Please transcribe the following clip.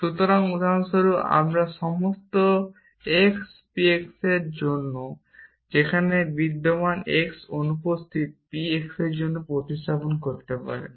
সুতরাং উদাহরণস্বরূপ আপনি সমস্ত x p x এর জন্য সেখানে বিদ্যমান x অনুপস্থিত p x এর সাথে প্রতিস্থাপন করতে পারেন